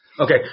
Okay